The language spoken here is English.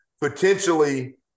potentially